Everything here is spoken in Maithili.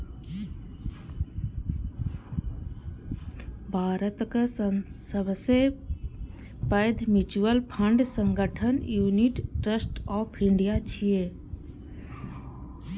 भारतक सबसं पैघ म्यूचुअल फंड संगठन यूनिट ट्रस्ट ऑफ इंडिया छियै